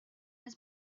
his